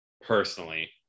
Personally